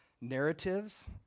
narratives